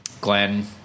Glenn